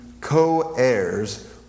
co-heirs